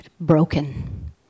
Broken